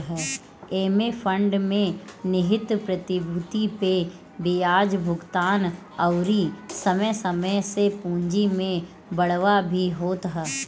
एमे फंड में निहित प्रतिभूति पे बियाज भुगतान अउरी समय समय से पूंजी में बढ़ावा भी होत ह